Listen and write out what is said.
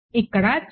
ఇక్కడ చివరి నోడ్ 0